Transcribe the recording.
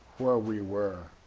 where we were.